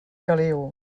caliu